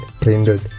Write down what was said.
printed